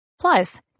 Plus